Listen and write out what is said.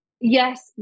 yes